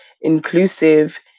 inclusive